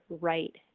right